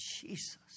Jesus